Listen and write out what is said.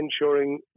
ensuring